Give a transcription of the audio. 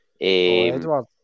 Edward